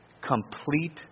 Complete